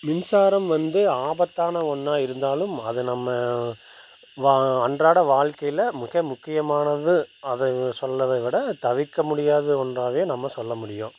மின்சாரம் வந்து ஆபத்தான ஒன்னாக இருந்தாலும் அது நம்ம வா அன்றாட வாழ்க்கையில் மிக முக்கியமானது அதை சொல்வதை விட தவிர்க்க முடியாத ஒன்றாகவே நம்ம சொல்ல முடியும்